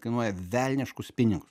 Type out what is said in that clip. kainuoja velniškus pinigus